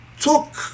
took